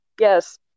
Yes